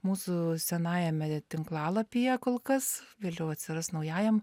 mūsų senajame tinklalapyje kol kas vėliau atsiras naujajam